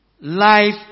Life